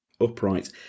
upright